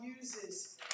uses